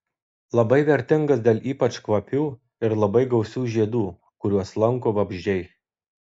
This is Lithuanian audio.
labai vertingas dėl ypač kvapių ir labai gausių žiedų kuriuos lanko vabzdžiai